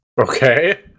Okay